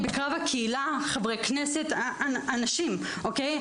בקרב הקהילה, חברי הכנסת אנשים, אוקיי?